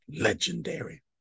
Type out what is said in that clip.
legendary